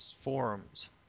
forums